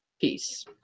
Peace